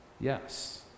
Yes